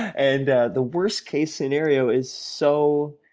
and the the worst case scenario is so